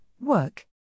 work